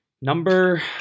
Number